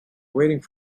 waiting